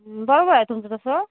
बरोबर आहे तुमचं तसं